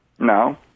No